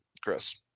Chris